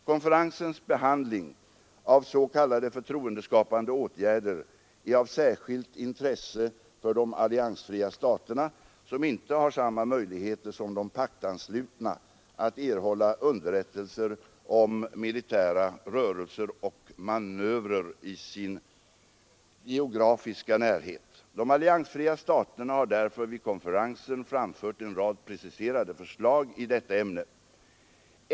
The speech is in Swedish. Konferensens behandling av s.k. förtroendeskapande åtgärder är av särskilt intresse för de alliansfria staterna, som inte har samma möjligheter som de paktanslutna att erhålla underrättelser om militära rörelser och manövrer i sin geografiska närhet. De alliansfria staterna har därför vid konferensen framfört en rad preciserade förslag i detta ämne.